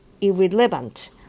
irrelevant